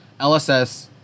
lss